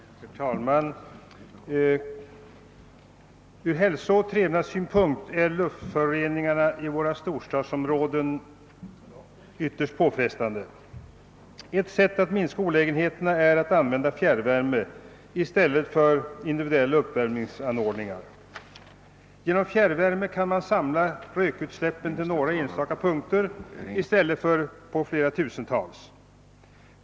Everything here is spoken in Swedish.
Herr talman! Från hälsooch trevnadssynpunkt är luftföroreningarna i våra storstadsområden ytterst påfrestande. Ett sätt att minska olägenheterna är att använda fjärrvärme i stället för individuella uppvärmningsanordningar. Genom att använda fjärrvärme kan man samla rökutsläppen till några enstaka punkter i stället för att ha dem på flera tusen ställen.